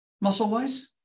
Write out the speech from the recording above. muscle-wise